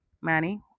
Manny